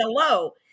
Hello